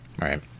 right